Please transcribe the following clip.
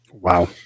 Wow